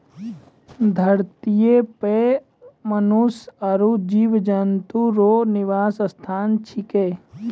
धरतीये पर मनुष्य आरु जीव जन्तु रो निवास स्थान छिकै